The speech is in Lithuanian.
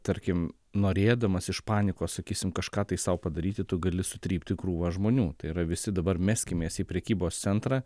tarkim norėdamas iš panikos sakysim kažką tai sau padaryti tu gali sutrypti krūvą žmonių tai yra visi dabar meskimės į prekybos centrą